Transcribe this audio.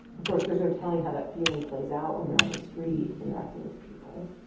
of course, there's no telling how that feeling plays out when they're on the street interacting with people.